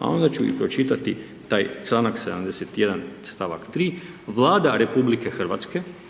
a onda ću i pročitati taj članak 71. stavak 3. Vlada RH na